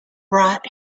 brought